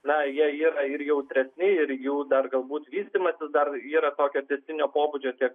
na jie yra ir jautresni ir jų dar galbūt vystymasis dar yra tokio tęstinio pobūdžio tiek